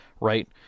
right